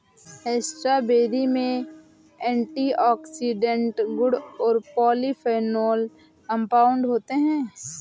strawberry में antioxidant गुण और पॉलीफेनोल कंपाउंड होते हैं